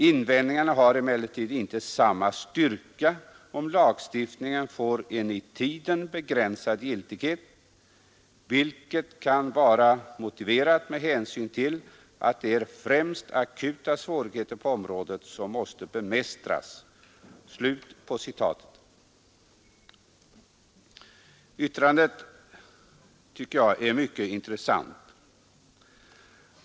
Invändningarna har emellertid inte samma styrka om lagstiftningen får en i tiden begränsad giltighet, vilket kan vara motiverat med hänsyn till att det är främst akuta svårigheter på området som måste bemästras.” Yttrandet är mycket intressant.